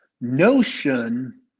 notion